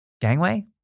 gangway